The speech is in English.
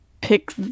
pick